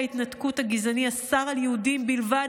חוק ההתנתקות הגזעני אסר על יהודים בלבד